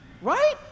right